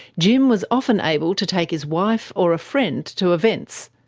jim was often able to take his wife or a friend to events,